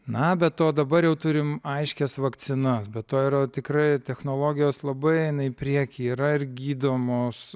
na be to dabar jau turim aiškias vakcinas be to yra tikrai technologijos labai eina į priekį yra ir gydomos